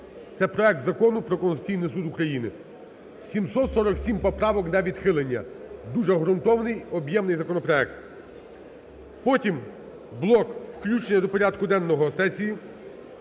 це проект Закону про Конституційний Суд України. 747 поправок на відхилення, дуже ґрунтовний, об'ємний законопроект. Потім блок включення до порядку денного сесії,